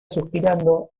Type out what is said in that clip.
suspirando